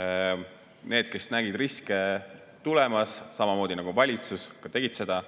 Need, kes nägid riske tulemas, samamoodi nagu valitsus, tegidki seda.